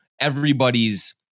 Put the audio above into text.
everybody's